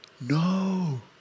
No